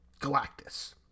Galactus